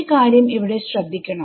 ഒരു കാര്യം ഇവിടെ ശ്രദ്ധിക്കണം